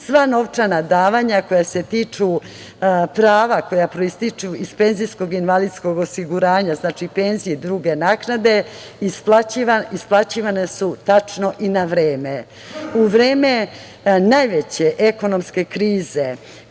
Sva novčana davanja koja se tiču prava koja proističu iz penzijskog i invalidskog osiguranja, znači penzije i druge naknade, isplaćivane su tačno i na vreme.U vreme najveće ekonomske krize